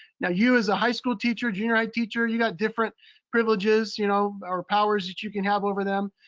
now you as a high school teacher, junior high teacher, you got different privileges you know or powers that you can have over them.